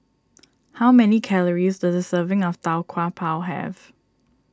how many calories does a serving of Tau Kwa Pau have